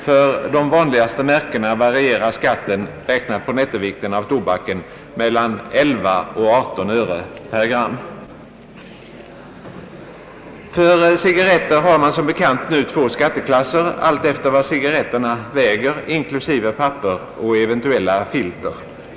För de vanligaste märkena varierar skatten, räknad på nettovikten av tobaken, mellan 11 och 18 öre per gram. För cigarretter har man som bekant två skatteklasser alltefter vad cigarretterna väger, inklusive papper och eventuella filter.